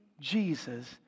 Jesus